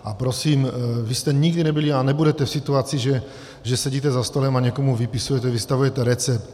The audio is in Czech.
A prosím, vy jste nikdy nebyli a nebudete v situaci, že sedíte za stolem a někomu vypisujete, vystavujete recept.